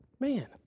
Man